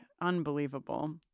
Unbelievable